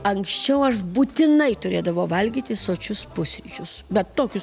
anksčiau aš būtinai turėdavau valgyti sočius pusryčius bet tokius